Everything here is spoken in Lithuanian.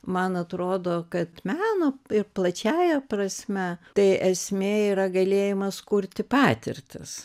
man atrodo kad meno ir plačiąja prasme tai esmė yra galėjimas kurti patirtis